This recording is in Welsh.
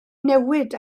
newid